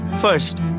First